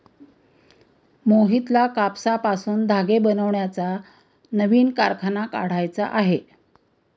मोहितला कापसापासून धागे बनवण्याचा नवीन कारखाना काढायचा आहे